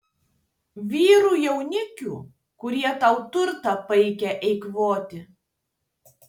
vyrų jaunikių kurie tau turtą baigia eikvoti